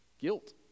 guilt